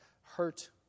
hurt